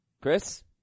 Chris